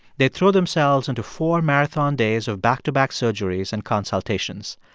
they'd throw themselves into four marathon days of back-to-back surgeries and consultations.